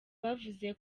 bavuze